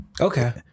Okay